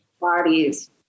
bodies